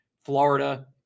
Florida